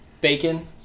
bacon